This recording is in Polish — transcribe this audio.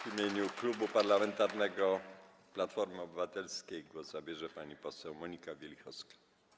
W imieniu Klubu Parlamentarnego Platforma Obywatelska głos zabierze pani poseł Monika Wielichowska.